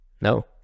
No